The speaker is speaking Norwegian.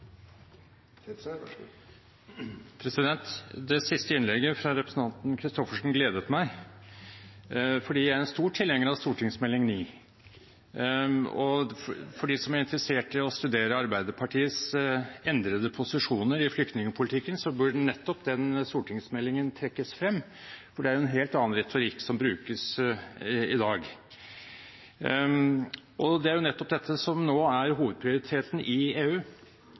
Christoffersen, gledet meg, fordi jeg er en stor tilhenger av Meld. St. 9 for 2009–2010. For dem som er interessert i å studere Arbeiderpartiets endrede posisjoner i flyktningpolitikken, burde nettopp den stortingsmeldingen trekkes frem, for det er en helt annen retorikk som brukes i dag. Det er nettopp dette som nå er hovedprioriteten i EU,